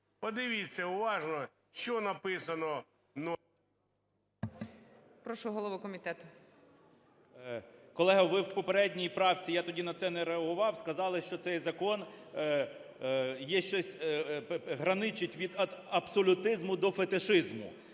Подивіться уважно, що написано...